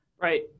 Right